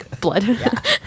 blood